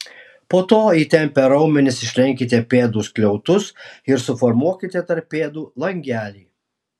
po to įtempę raumenis išlenkite pėdų skliautus ir suformuokite tarp pėdų langelį